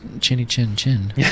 chinny-chin-chin